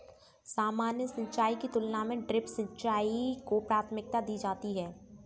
सामान्य सिंचाई की तुलना में ड्रिप सिंचाई को प्राथमिकता दी जाती है